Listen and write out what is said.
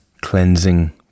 cleansing